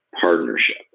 partnership